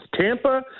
Tampa